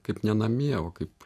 kaip ne namie o kaip